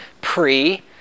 pre